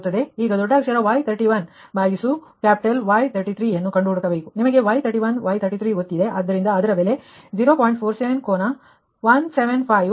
ಈಗ ದೊಡ್ಡ ಅಕ್ಷರ Y31 ಭಾಗಿಸು capital Y33 ಯನ್ನು ಕಂಡು ಹುಡುಕಬೇಕು ನಿಮಗೆ Y31 Y33 ಗೊತ್ತಿದೆ ಆದ್ದರಿಂದ ಅದರ ಬೆಲೆ 0